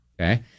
Okay